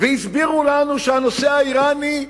והסבירו לנו שהנושא האירני,